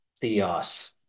Theos